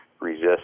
resist